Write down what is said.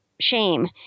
shame